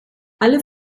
alle